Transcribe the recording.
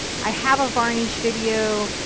i have a varnish video.